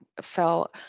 fell